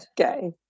Okay